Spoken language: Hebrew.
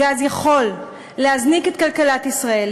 הגז יכול להזניק את כלכלת ישראל,